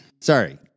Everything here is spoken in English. Sorry